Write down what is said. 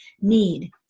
need